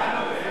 מה לא קיים?